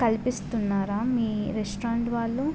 కల్పిస్తున్నారా మీ రెస్టారెంట్ వాళ్ళు